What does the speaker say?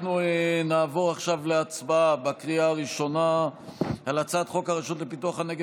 אנחנו נעבור עכשיו להצבעה על הצעת חוק הרשות לפיתוח הנגב